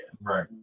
Right